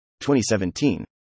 2017